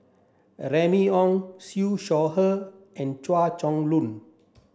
Remy Ong Siew Shaw Her and Chua Chong Long